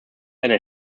eine